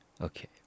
Okay